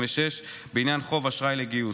בעניין חוב אשראי לגיוס,